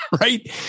right